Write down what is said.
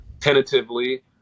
tentatively